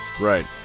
Right